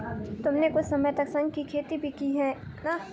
तुमने कुछ समय तक शंख की खेती भी की है ना?